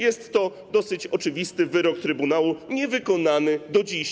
Jest to dosyć oczywisty wyrok trybunału, niewykonany do dziś.